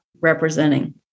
representing